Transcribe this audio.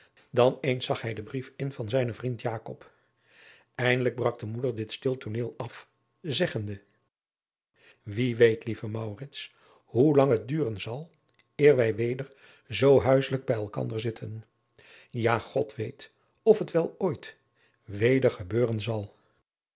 dan eens zag hij den brief in van zijnen vriend jakob eindelijk brak de moeder dit stil tooneel af zeggende wie weet lieve maurits hoe lang het duren zal eer wij weder zoo huisselijk bij elkander zitten ja god weet of het wel ooit weder gebeuren zal